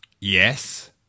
Yes